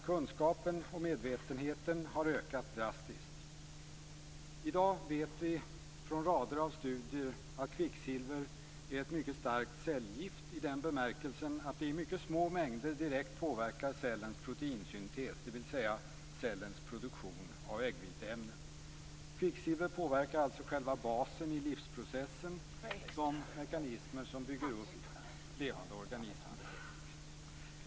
Kunskapen och medvetenheten har drastiskt ökat. I dag vet vi från rader av studier att kvicksilver är ett mycket starkt cellgift i den bemärkelsen att det i mycket små mängder direkt påverkar cellens proteinsyntes, dvs. cellens produktion av äggviteämnen. Kvicksilver påverkar alltså själva basen i livsprocessen, de mekanismer som bygger upp levande organismer.